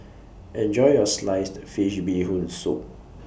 Enjoy your Sliced Fish Bee Hoon Soup